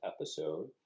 episode